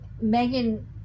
Megan